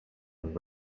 and